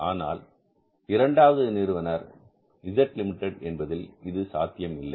ஆனால் இரண்டாவது நிறுவனர் Z லிமிட்டட் என்பதில் இது சாத்தியம் இல்லை